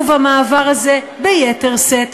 ובמעבר הזה ביתר שאת,